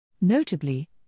Notably